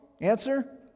Answer